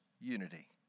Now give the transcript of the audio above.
unity